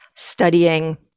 Studying